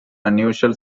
unusual